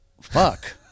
Fuck